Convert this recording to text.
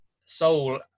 Soul